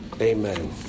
amen